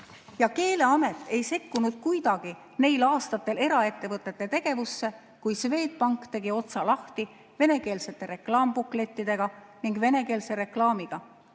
ja Keeleamet ei sekkunud kuidagi neil aastatel eraettevõtete tegevusse, kui Swedbank tegi otsa lahti venekeelsete reklaambuklettidega ning venekeelse reklaamiga.